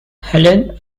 helen